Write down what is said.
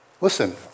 Listen